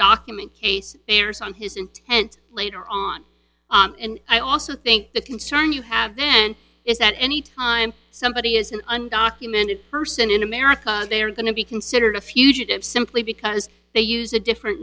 stockmen case bears on his intent later on and i also think the concern you have then is that any time somebody is an undocumented person in america they are going to be considered a fugitive simply because they use a different